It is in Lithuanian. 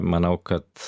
manau kad